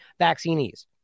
vaccinees